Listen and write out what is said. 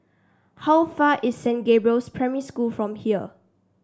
how far is Saint Gabriel's Primary School from here